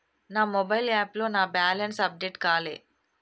నా మొబైల్ యాప్లో నా బ్యాలెన్స్ అప్డేట్ కాలే